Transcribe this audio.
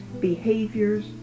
behaviors